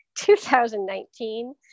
2019